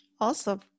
Awesome